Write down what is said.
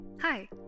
Hi